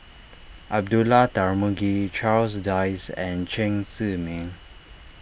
Abdullah Tarmugi Charles Dyce and Chen Zhiming